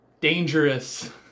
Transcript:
dangerous